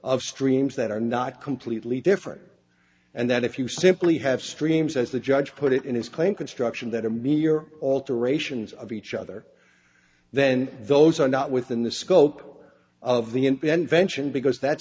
of streams that are not completely different and that if you simply have streams as the judge put it in his claim construction that a mere alterations of each other then those are not within the scope of the